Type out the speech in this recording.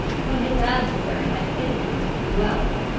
when his adversary had influence and wealth,